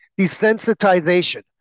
desensitization